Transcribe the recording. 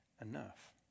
enough